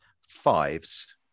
fives